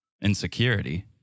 insecurity